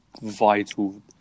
vital